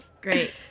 Great